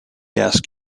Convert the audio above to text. ask